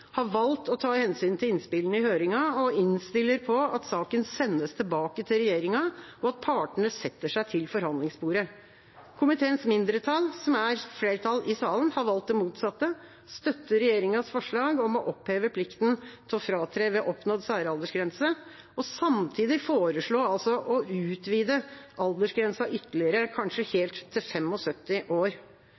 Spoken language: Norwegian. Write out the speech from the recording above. har valgt å ta hensyn til innspillene i høringen og innstiller på at saken sendes tilbake til regjeringa, og at partene setter seg til forhandlingsbordet. Komiteens mindretall, som er flertallet i salen, har valgt det motsatte, å støtte regjeringas forslag om å oppheve plikten til å fratre ved oppnådd særaldersgrense og samtidig foreslå å utvide aldersgrensa ytterligere kanskje helt til 75 år.